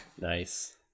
Nice